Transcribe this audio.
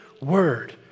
word